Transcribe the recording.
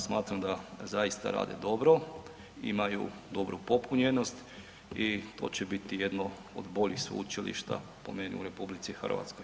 Smatram da zaista rade dobro, imaju dobru popunjenost i to će biti jedno od boljih sveučilišta po meni u RH.